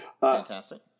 Fantastic